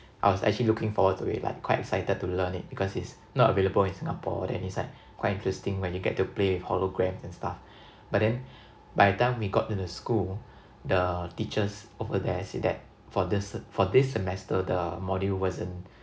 I was actually looking forward to it like quite excited to learn it because it's not available in Singapore then it's like quite interesting when you get to play with holograms and stuff but then by the time we got into the school the teachers over there said that for this for this semester the module wasn't